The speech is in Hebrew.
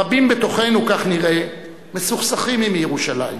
רבים בתוכנו, כך נראה, מסוכסכים עם ירושלים,